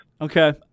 Okay